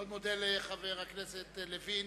אני מאוד מודה לחבר הכנסת לוין.